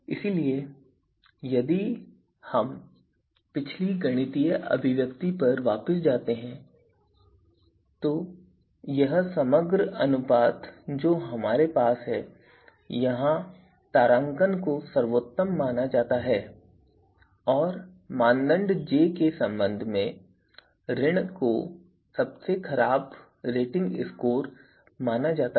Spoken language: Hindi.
इसलिए यदि हम पिछली गणितीय अभिव्यक्ति पर वापस जाते हैं तो यह समग्र अनुपात जो हमारे पास है यहां तारांकन को सर्वोत्तम माना जाता है और मानदंड j के संबंध में ऋण को सबसे खराब रेटिंग स्कोर माना जाता है